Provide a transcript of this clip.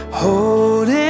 holding